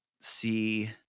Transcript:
see